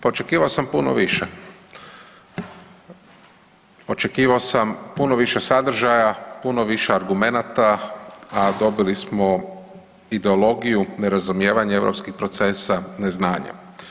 Pa očekivao sam puno više, očekivao sam puno više sadržaja, puno više argumenata, a dobili smo ideologiju, nerazumijevanje europskih procesa, neznanje.